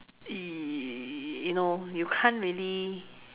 you know you can't really